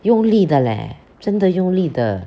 用力的 leh 真的用力的